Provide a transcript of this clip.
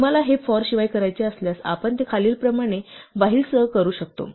तुम्हाला हे for शिवाय करायचे असल्यास आपण ते खालीलप्रमाणे while सह करू शकतो